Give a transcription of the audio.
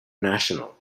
national